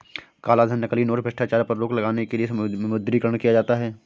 कालाधन, नकली नोट, भ्रष्टाचार पर रोक लगाने के लिए विमुद्रीकरण किया जाता है